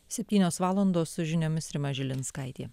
septynios valandos su žiniomis rima žilinskaitė